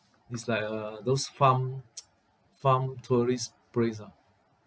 is like uh those farm farm tourists place ah